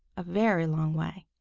a very long way,